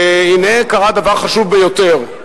והנה קרה דבר חשוב ביותר,